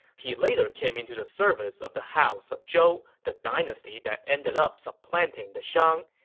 he later came into the service of the house of zhou, the dynasty that ended up supplanting the shang.